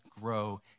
grow